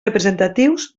representatius